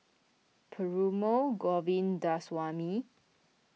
Perumal Govindaswamy